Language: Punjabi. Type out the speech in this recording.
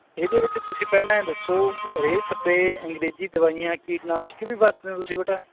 ਇਹਦੇ ਵਿੱਚ ਤੁਸੀਂ ਪਹਿਲਾਂ ਐਂ ਦੱਸੋ ਰੇਹ ਸਪਰੇ ਅੰਗਰੇਜ਼ੀ ਦਵਾਈਆਂ ਕੀਟਨਾਸ਼ਕ ਵੀ ਵਰਤਦੇ ਹੋ ਤੁਸੀਂ ਬੇਟਾ